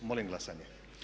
Molim glasanje.